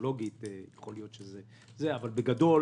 טכנולוגית יכול להיות שזה יהיה טוב, אבל בגדול